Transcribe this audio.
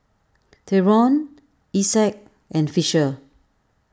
theron Isaak and Fisher